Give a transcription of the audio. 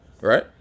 right